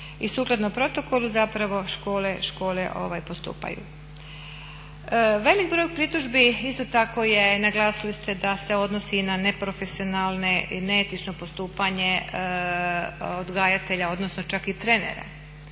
i sukladno protokolu zapravo škole postupaju. Velik broj pritužbi isto tako je, naglasili ste da se odnosi i na neprofesionalne, neetično postupanje odgajatelja odnosno čak i trenere